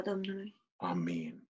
Amen